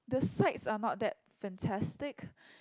the sides are not that fantastic